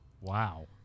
Wow